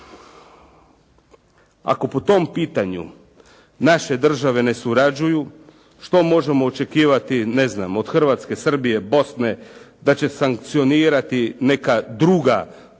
Ako po tom pitanju naše države ne surađuju, što možemo očekivati od Hrvatske, Srbije, Bosne, da će sankcionirati neka druga ponašanja